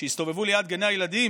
שיסתובבו ליד גני הילדים,